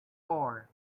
four